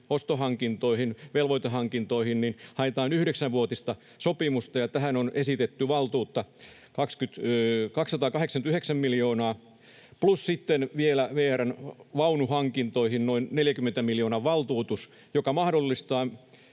ostohankintoihin ja velvoitehankintoihin, haetaan yhdeksänvuotista sopimusta, ja tähän on esitetty valtuutta 289 miljoonaa, plus sitten vielä VR:n vaunuhankintoihin noin 40 miljoonan valtuutus, joka mahdollistaa,